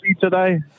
today